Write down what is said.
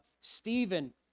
Stephen